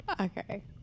Okay